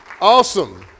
awesome